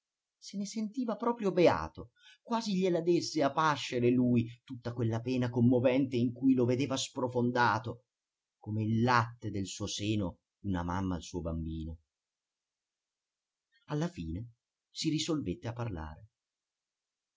se ne sentiva proprio beato quasi gliela desse a pascere lui tutta quella pena commovente in cui lo vedeva sprofondato come il latte del suo seno una mamma al suo bambino alla fine si risolvette a parlare